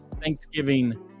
Thanksgiving